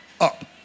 up